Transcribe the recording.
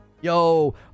Yo